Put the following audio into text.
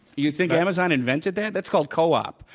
you think amazon invented that? that's called co op.